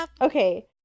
Okay